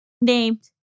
named